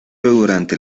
durante